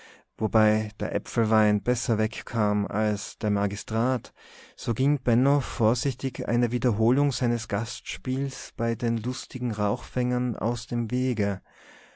wobei der äpfelwein besser wegkam als der magistrat so ging benno vorsichtig einer wiederholung seines gastspiels bei den lustigen rauchfängern aus dem wege